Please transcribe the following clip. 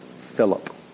Philip